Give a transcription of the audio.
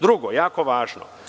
Drugo, jako važno…